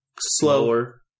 slower